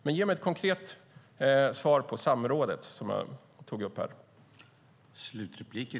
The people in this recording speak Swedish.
Men ge mig ett konkret svar på frågan om samrådet.